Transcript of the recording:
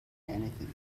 anything